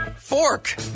fork